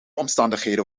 omstandigheden